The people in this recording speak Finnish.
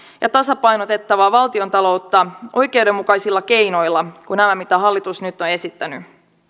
ja tasapainotettava valtiontaloutta oikeudenmukaisemmilla keinoilla kuin nämä mitä hallitus nyt on esittänyt